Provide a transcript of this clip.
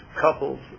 couples